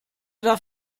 darf